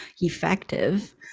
effective